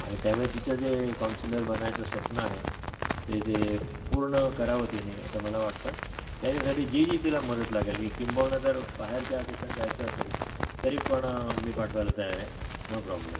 आणि त्यामुळे तिचं जे काउन्सिलर बनायचं स्वप्न आहे ते ते पूर्ण करावं तेनी असं मला वाटतं त्याच्यासाठी जी जी तिला मदत लागेल किंबहुना जर बाहेरच्या देशात जायचं असेल तरी पण मी पाठवायला तयार आहे नो प्रॉब्लेम